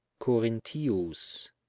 corinthius